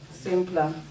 simpler